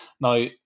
Now